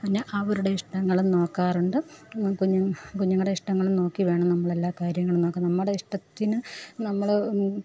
പിന്നെ അവരുടെ ഇഷ്ടങ്ങളും നോക്കാറുണ്ട് കുഞ്ഞുങ്ങളുടെ ഇഷ്ടങ്ങൾ നോക്കി വേണം നമ്മളെല്ലാ കാര്യങ്ങളും നോക്കാൻ നമ്മുടെ ഇഷ്ടത്തിന് നമ്മൾ